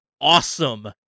awesome